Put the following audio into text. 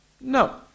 No